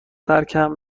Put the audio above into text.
ترکم